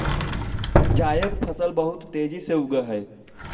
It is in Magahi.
जायद फसल बहुत तेजी से उगअ हई